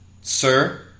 Sir